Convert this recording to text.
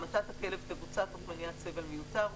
המתת הכלב תבוצע תוך מניעת סבל מיותר,